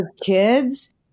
kids